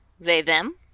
They/them